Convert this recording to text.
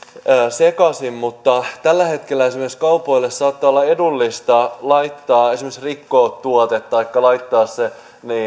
sekaisin mutta kun tällä hetkellä esimerkiksi kaupoille saattaa olla edullista esimerkiksi rikkoa tuote taikka laittaa se